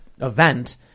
event